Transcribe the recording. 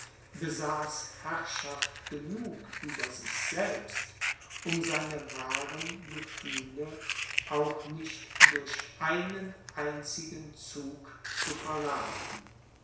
besaß herrschaft genug über sich selbst um seine wahren gefühle auch nicht durch einen einzigen zug zu verrathen